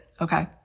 Okay